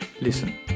listen